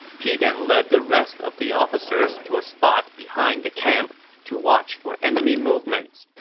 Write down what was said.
he then led the rest of the officers to a spot behind the camp to watch for enemy movements